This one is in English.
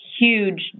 huge